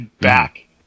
back